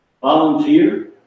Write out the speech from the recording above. volunteer